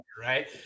right